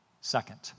Second